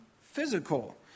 physical